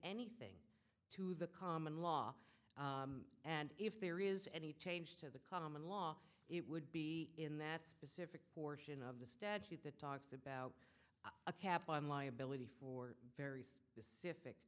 anything to the common law and if there is any change to the common law it would be in that specific portion of the statute that talks about a cap on liability for very specific